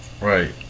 Right